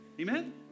Amen